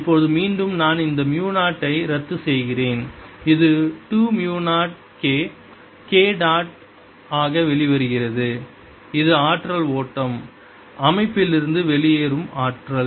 இப்போது மீண்டும் நான் இந்த மு 0 ஐ ரத்து செய்கிறேன் இது 2 மு 0 K K டாட் ஆக வெளிவருகிறது இது ஆற்றல் ஓட்டம் அமைப்பிலிருந்து வெளியேறும் ஆற்றல்